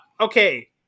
Okay